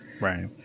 right